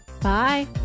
Bye